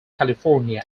california